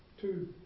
two